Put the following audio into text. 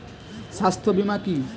স্বাস্থ্য বীমা কি?